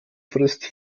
frisst